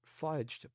fudged